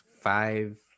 five